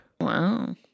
Wow